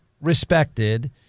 respected